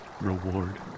reward